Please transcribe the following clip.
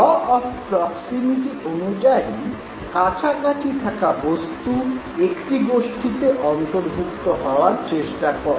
law of proximity অনুযায়ী কাছাকাছি থাকা বস্তু একটি গোষ্ঠীতে অন্তর্ভূক্ত হওয়ার চেষ্টা করে